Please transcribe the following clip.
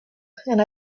and